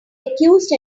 accused